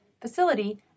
facility